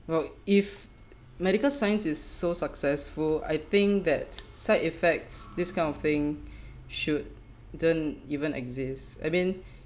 well if medical science is so successful I think that side effects this kind of thing should don't even exist I mean